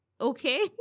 okay